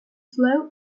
flow